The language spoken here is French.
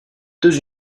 deux